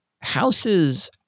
houses